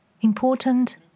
important